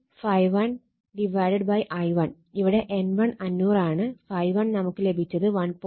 ഇവിടെ N1 500 ആണ് ∅1 നമുക്ക് ലഭിച്ചത് 1